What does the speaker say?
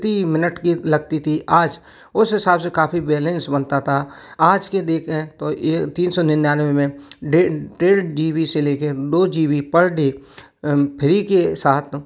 प्रति मिनट कि लगती थी आज उस हिसाब से काफ़ी बैलेंस बनता था आज के देखें तो ए तीन सौ निन्यानवे में डेढ़ जी बी से ले कर दो जी बी पर डे अ फ्री के साथ